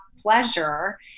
pleasure